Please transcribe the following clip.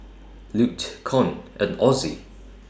Lute Con and Ozie